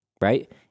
right